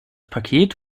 paket